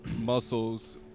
muscles